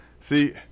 See